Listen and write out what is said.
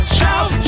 shout